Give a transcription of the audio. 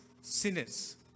sinners